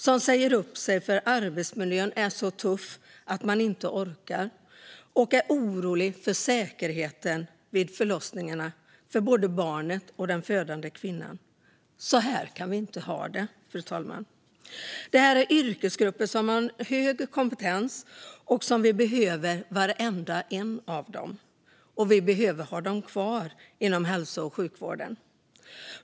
De säger upp sig för att arbetsmiljön är så tuff att de inte orkar jobba. De är oroliga över säkerheten vid förlossningarna för både barnet och den födande kvinnan. Så här kan vi inte ha det, fru talman. Det här är yrkesgrupper med hög kompetens, och vi behöver varenda en av dem. Vi behöver ha dem kvar inom hälso och sjukvården.